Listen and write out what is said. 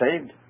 saved